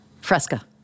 Fresca